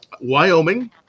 Wyoming